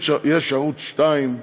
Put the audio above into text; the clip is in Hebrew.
יש ערוץ 2,